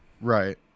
Right